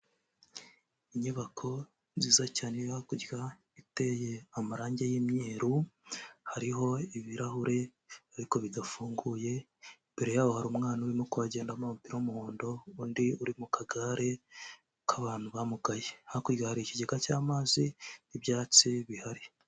Inyubako nziza cyane iri hakurya iteye amarangi y'umyeru hariho ibirahure ariko bidafunguye imbere yaho hari umwana urimo ku gendamo umupira w'umuhondo undi uri mu kagare k'abantu bamugaye hakurya hari ikigega cy'amazi n'ibyatsi bihari.